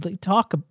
talk